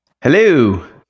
Hello